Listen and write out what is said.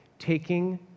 Taking